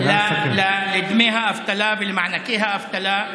לדמי האבטלה ולמענקי האבטלה,